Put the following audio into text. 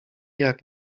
jak